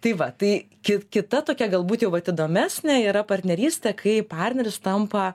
tai va tai kit kita tokia galbūt jau vat įdomesnė yra partnerystė kai partneris tampa